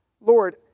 Lord